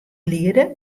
liede